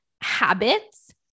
habits